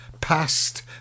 Past